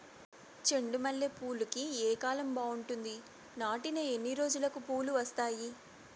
చెండు మల్లె పూలుకి ఏ కాలం బావుంటుంది? నాటిన ఎన్ని రోజులకు పూలు వస్తాయి?